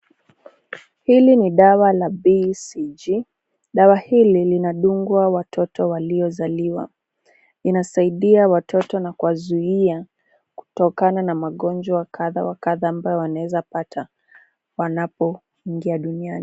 Hili ni dawa la BCG.Dawa hili linadungwa watoto waliozaliwa. Ina saidia watoto na kuwazuia, kutokana na magonjwa kadha wa kadha ambayo wanaweza pata wanapoingia duniani.